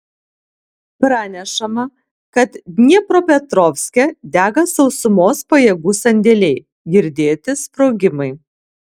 pranešama kad dniepropetrovske dega sausumos pajėgų sandėliai girdėti sprogimai